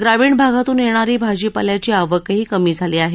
ग्रामीण भागातून येणारी भाजीपाल्याची आवकही कमी झाली आहे